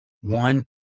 one